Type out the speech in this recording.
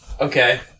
Okay